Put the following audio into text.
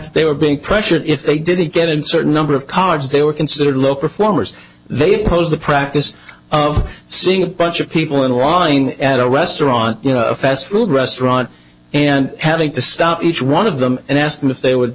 that they were being pressured if they didn't get in certain number of cards they were considered low performers they pose the practice of seeing a bunch of people in wine at a restaurant a fast food restaurant and having to stop each one of them and ask them if they would